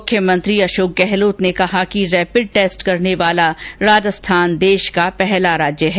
मुख्यमंत्री अषोक गहलोत ने कहा कि रैपिड टेस्ट करने वाला राजस्थान देष का पहला राज्य है